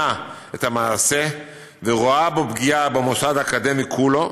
את המעשה ורואה בו פגיעה במוסד האקדמי כולו,